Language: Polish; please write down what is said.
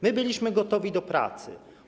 My byliśmy gotowi do pracy.